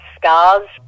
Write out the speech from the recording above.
scars